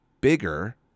bigger